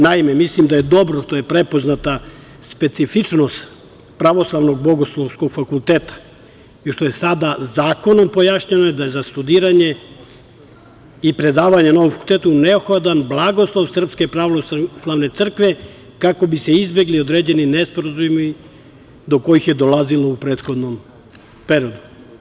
Naime, mislim da je dobro što je prepoznata specifičnost Pravoslavnog bogoslovskog fakulteta i što je sada zakonom pojašnjeno da je za studiranje i predavanje na ovom fakultetu neophodan blagoslov Srpske pravoslavne crkve, kako bi se izbegli određeni nesporazumi do kojih je dolazilo u prethodnom periodu.